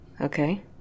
Okay